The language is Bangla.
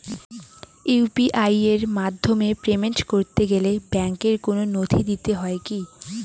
ইউ.পি.আই এর মাধ্যমে পেমেন্ট করতে গেলে ব্যাংকের কোন নথি দিতে হয় কি?